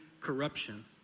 corruption